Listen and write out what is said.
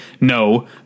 no